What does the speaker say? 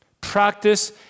Practice